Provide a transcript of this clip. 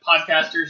podcasters